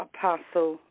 Apostle